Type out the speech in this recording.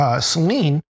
Celine